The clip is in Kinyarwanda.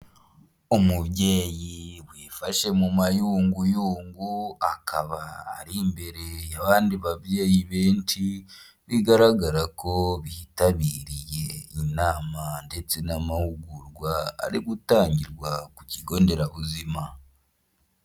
Umubyeyi wifashe mu mayunguyungu akaba ari imbere' abandidi babyeyi benshi bigaragara ko bitabiriye inama ndetse n'amahugurwa ari gutangirwa ku kigo nderabuzima.